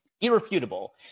irrefutable